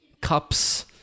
Cups